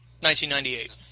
1998